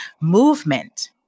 movement